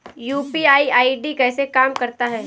UPI ID कैसे काम करता है?